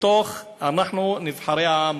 אנחנו נבחרי העם,